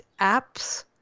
apps